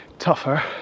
Tougher